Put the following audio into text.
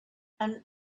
and